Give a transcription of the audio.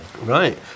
Right